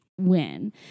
win